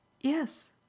Yes